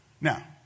Now